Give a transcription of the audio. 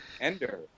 Ender